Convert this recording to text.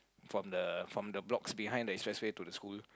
from the from the blocks behind the expressway to the school